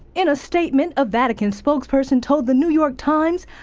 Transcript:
in a statement a vatican spokesperson told the new york times,